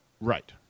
Right